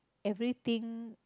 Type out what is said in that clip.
everything